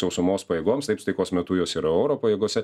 sausumos pajėgoms taip taikos metu jos yra oro pajėgose